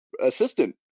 assistant